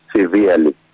severely